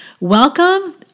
Welcome